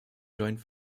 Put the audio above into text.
joint